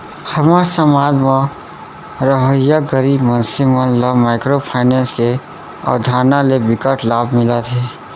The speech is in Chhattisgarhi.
हमर समाज म रहवइया गरीब मनसे मन ल माइक्रो फाइनेंस के अवधारना ले बिकट लाभ मिलत हे